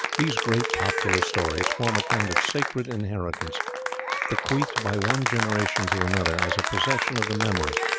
these great popular stories form a kind of sacred inheritance bequeathed by one generation to another as a possession of the memory,